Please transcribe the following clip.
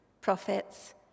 prophets